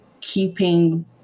keeping